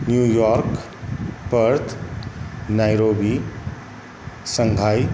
New York Perth Nairobi Shanghai